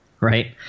Right